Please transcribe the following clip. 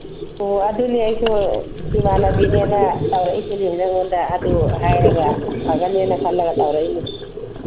ꯑꯣ ꯑꯗꯨꯅꯤ ꯑꯩꯁꯨ ꯏꯃꯥꯟꯅꯕꯤꯅꯦꯅ ꯇꯧꯔꯛꯏꯁꯤꯅꯤ ꯅꯪꯉꯣꯟꯗ ꯑꯗꯨ ꯍꯥꯏꯔꯒ ꯐꯒꯅꯤꯅ ꯈꯜꯂꯒ ꯇꯧꯔꯛꯏꯅꯤ